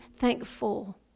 thankful